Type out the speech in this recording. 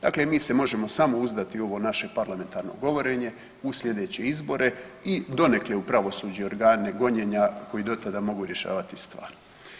Dakle, mi se možemo samo uzdati u ovo naše parlamentarno govorenje, u sljedeće izbore i donekle u pravosuđe i organe gonjenja koji do tada mogu rješavati stvar.